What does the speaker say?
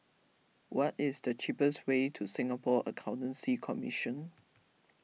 what is the cheapest way to Singapore Accountancy Commission